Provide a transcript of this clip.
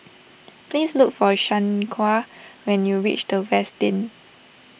please look for Shaniqua when you reach the Westin